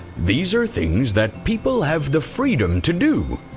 these are things that people have the freedom to do.